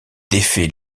défait